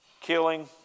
killing